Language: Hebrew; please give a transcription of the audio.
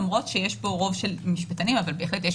למרות שיש פה רוב של משפטנים אבל בהחלט יש